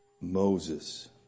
Moses